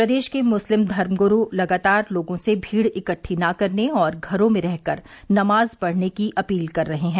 प्रदेश के मुस्लिम धर्म गुरू लगातार लोगों से भीड़ इकट्ठा न करने और घरों में रहकर नमाज पढ़ने की अपील कर रहे हैं